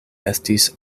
estis